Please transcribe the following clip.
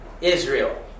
Israel